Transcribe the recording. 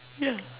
yeah